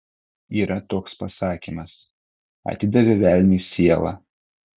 yra toks pasakymas atidavė velniui sielą